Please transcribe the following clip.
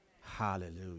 Hallelujah